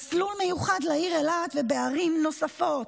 מסלול מיוחד לעיר אילת ולערים נוספות.